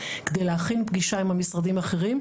כדי להכין פגישה עם המשרדים האחרים,